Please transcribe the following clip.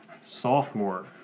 sophomore